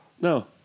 No